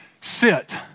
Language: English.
sit